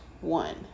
one